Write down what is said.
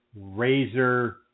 Razor